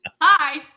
hi